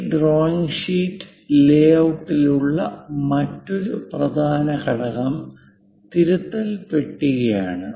ഈ drawing sheet ലേഔട്ടിലുള്ള മറ്റൊരു പ്രധാന ഘടകം തിരുത്തൽപട്ടികയാണ്